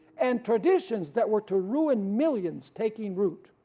and traditions that were to ruin millions taking root.